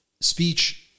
speech